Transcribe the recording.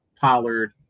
Pollard